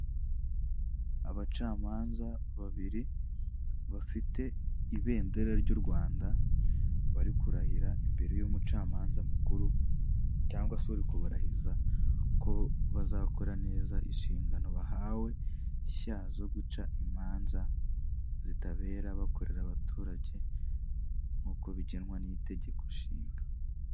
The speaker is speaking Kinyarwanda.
Abacamanza babiri bafite ibendera ry'u Rwanda, bari kurahira imbere y'umucamanza mukuru cyangwa se uri kubarahiza ko bazakora neza inshingano bahawe nshya zo guca imanza zitabera, bakorera abaturage nk'uko bigenwa n'itegeko nshinga.